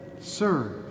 Sir